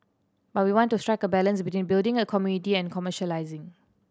but we want to strike a balance between building a community and commercialising